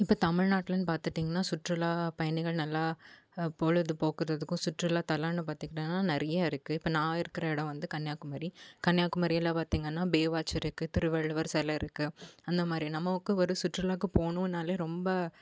இப்போ தமிழ்நாட்டுலன்னு பார்த்துட்டிங்கன்னா சுற்றுலா பயணிகள் நல்லா பொழுதுபோக்குறதுக்கும் சுற்றுலாத்தலம்னு பார்த்துக்கிட்டோன்னா நிறைய இருக்குது இப்போ நான் இருக்கிற இடம் வந்து கன்னியாகுமரி கன்னியாகுமரியில பார்த்தீங்கன்னா பேவாட்ச் இருக்குது திருவள்ளுவர் சில இருக்குது அந்த மாதிரி நமக்கு ஒரு சுற்றுலாவுக்கு போணும்னாலே ரொம்ப